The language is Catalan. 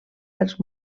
dels